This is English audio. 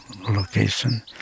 location